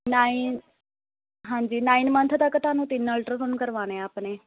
nine ਹਾਂਜੀ nine month ਤੱਕ ਤੁਹਾਨੂੰ ਤਿੰਨ ਅਲਟਰਾਸਾਊਂਡ ਕਰਵਾਉਣੇ ਆ ਆਪਣੇ